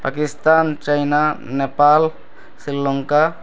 Pakistan China Nepal Sri Lanka